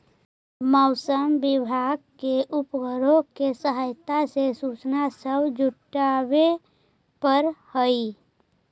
मौसम विभाग के उपग्रहों के सहायता से सूचना सब जुटाबे पड़ हई